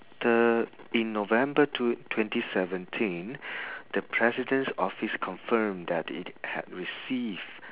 the in november two twenty seventeen the president's office confirmed that it had received